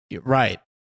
Right